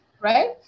right